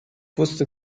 wusste